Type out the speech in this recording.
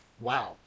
Wow